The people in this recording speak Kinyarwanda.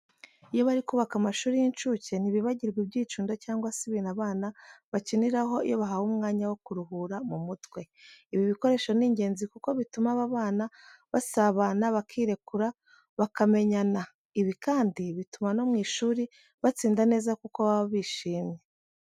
Iyo bari kubaka amashuri y'inshuke ntibibagirwa ibyicundo cyangwa se ibintu abana bakiniraho iyo bahawe umwanya wo kuruhura mu mutwe. Ibi bikoresho ni ingenzi kuko bituma aba bana basabana, bakirekura, bakamenyana. Ibi kandi bituma no mu ishuri batsinda neza kuko baba bishyimye.